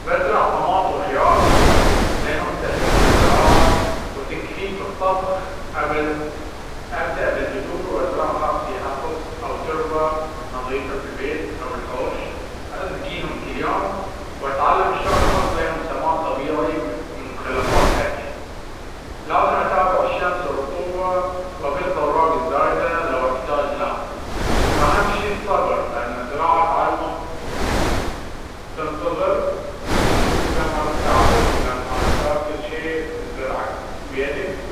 بزرع طماطم وخيار، لأنهم سهلين في الزراعة وتكفيك في الطبخ. أبدأ بالبذور، وأزرعها في أصص أو تربة نظيفة في البيت أو الحوش. أسقيهم كل يوم، وأتعلم شلون أحط لهم سماد طبيعي من مخلفات الأكل. لازم أتابع الشمس والرطوبة، وأقص الأوراق الزايدة لو احتاج. وأهم شي الصبر، لأن الزراعة تعلمك تنتظر وتشوف ثمر تعبك. لما تأكل شي زرعته بيدك،